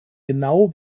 genau